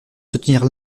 soutenir